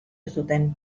zuten